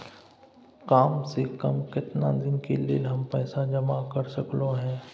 काम से कम केतना दिन के लेल हम पैसा जमा कर सकलौं हैं?